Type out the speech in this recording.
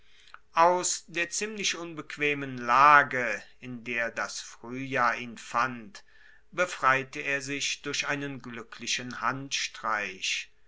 aus der ziemlich unbequemen lage in der das fruehjahr ihn fand befreite er sich durch einen gluecklichen handstreich